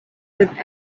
with